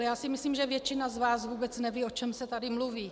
Já myslím, že většina z vás vůbec neví, o čem se tady mluví.